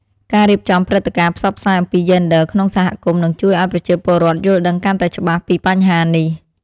ការរៀបចំព្រឹត្តិការណ៍ផ្សព្វផ្សាយអំពីយេនឌ័រក្នុងសហគមន៍នឹងជួយឱ្យប្រជាពលរដ្ឋយល់ដឹងកាន់តែច្បាស់ពីបញ្ហានេះ។